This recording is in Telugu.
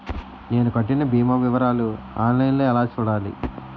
నేను కట్టిన భీమా వివరాలు ఆన్ లైన్ లో ఎలా చూడాలి?